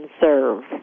serve